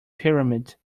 pyramid